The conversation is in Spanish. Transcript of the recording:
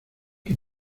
que